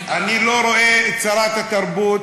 אני לא רואה את שרת התרבות,